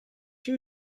you